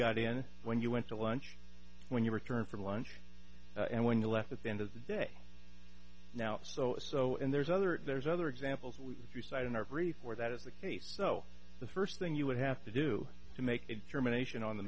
got in when you went to lunch when you returned from lunch and when you left at the end of the day now so so and there's other there's other examples you cite in our brief where that is the case so the first thing you would have to do to make